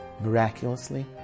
miraculously